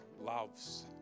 loves